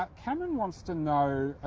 ah cameron wants to know.